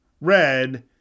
red